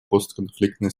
постконфликтной